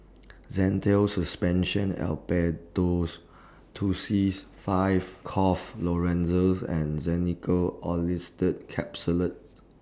Zental Suspension Tussils five Cough Lozenges and Xenical Orlistat Capsules